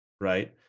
right